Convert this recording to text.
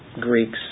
Greeks